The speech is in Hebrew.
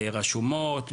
רשומות,